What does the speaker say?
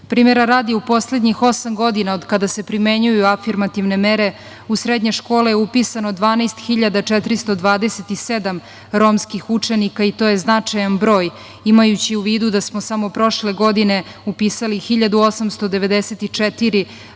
radi, u poslednjih osam godina od kada se primenjuju afirmativne mere u srednje škole je upisano 12.427 romskih učenika i to je značajan broj, imajući u vidu da smo samo prošle godine upisali 1.894 romska